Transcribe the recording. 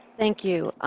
thank you.